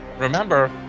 Remember